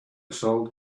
sold